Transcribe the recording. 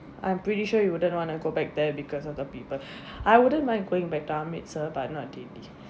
I'm pretty sure you wouldn't want to go back there because of the people I wouldn't mind going back but not